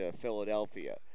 Philadelphia